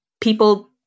people